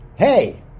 Hey